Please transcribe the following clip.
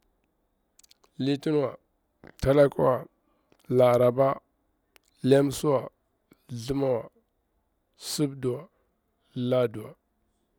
Litiniwa, talakuwa, laraba, lamsiwa, thlamawa, sidiwa, laduwa.